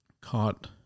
caught